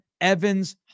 Evans